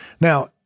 Now